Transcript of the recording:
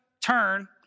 turn